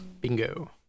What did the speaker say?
Bingo